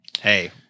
hey